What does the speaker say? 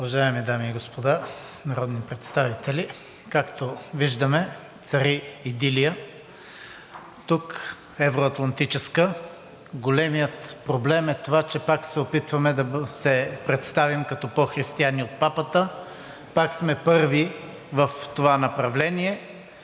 Уважаеми дами и господа народни представители! Както виждаме, тук цари евро-атлантическа идилия. Големият проблем е това, че пак се опитваме да се представим като по-християни от папата, пак сме първи в това направление.